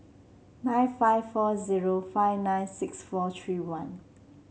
nine five four zero five nine six four three one